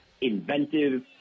inventive